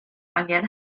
angen